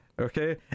Okay